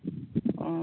অঁ